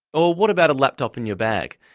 or what about a laptop in your bag?